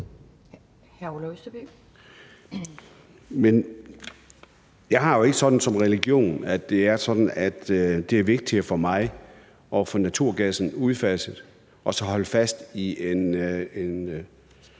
og det er ikke sådan, at det er vigtigere for mig at få naturgassen udfaset og så holde fast i en